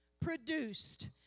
produced